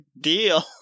deal